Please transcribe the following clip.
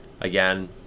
again